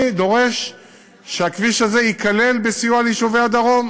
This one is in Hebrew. דורש שהכביש הזה ייכלל בסיוע ליישובי הדרום.